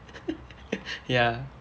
ya